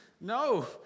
No